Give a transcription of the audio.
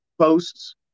posts